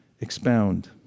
expound